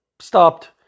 stopped